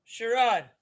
Sherrod